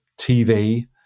TV